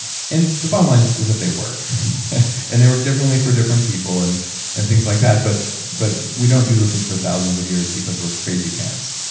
and the bottom line is is that they work and they work differently for different people, and and things like that but but we don't do those things for thousands of years because we're crazy pants,